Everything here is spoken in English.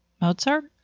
Mozart